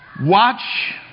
watch